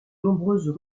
nombreuses